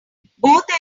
both